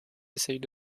essaient